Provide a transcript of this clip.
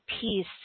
peace